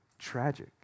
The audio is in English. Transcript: tragic